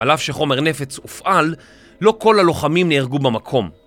על אף שחומר נפץ הופעל, לא כל הלוחמים נהרגו במקום.